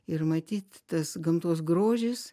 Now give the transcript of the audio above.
ir matyt tas gamtos grožis